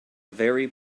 very